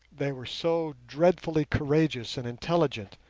they were so dreadfully courageous and intelligent,